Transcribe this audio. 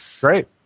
Great